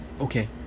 Okay